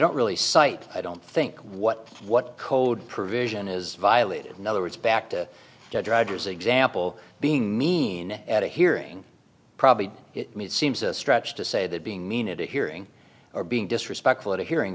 don't really cite i don't think what what code provision is violated in other words back to drivers example being mean at a hearing probably it seems a stretch to say that being mean at a hearing or being disrespectful at a hearing